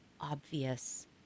obvious